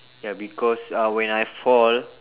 ya because uh when I fall